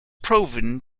proven